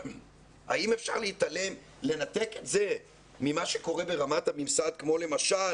האם אפשר לנתק את זה ממה שקורה ברמת הממסד כמו למשל